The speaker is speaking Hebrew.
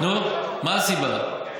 מה הסיבה שזה מתעכב?